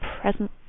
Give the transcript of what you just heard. present